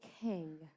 king